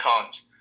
cons